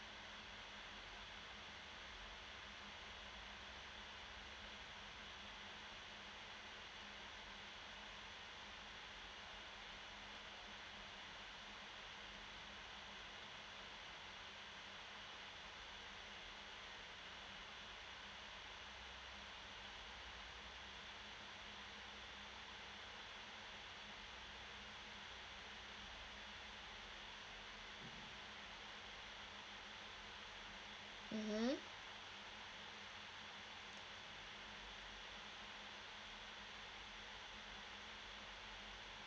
mmhmm